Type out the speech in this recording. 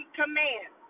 command